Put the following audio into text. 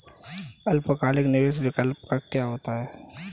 अल्पकालिक निवेश विकल्प क्या होता है?